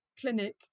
clinic